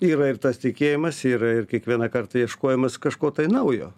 yra ir tas tikėjimas yra ir kiekvieną kartą ieškojimas kažko naujo